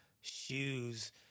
shoes